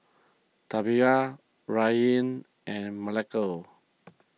Taliyah Rylan and